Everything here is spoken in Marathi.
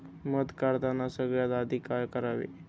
मध काढताना सगळ्यात आधी काय करावे?